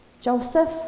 Joseph